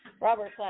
Robert